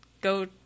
go